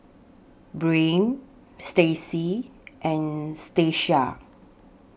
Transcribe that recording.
Breann Stacie and Stacia